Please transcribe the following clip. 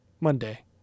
Monday